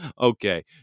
Okay